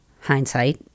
hindsight